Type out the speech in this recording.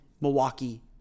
Milwaukee